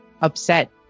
upset